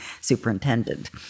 superintendent